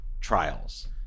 trials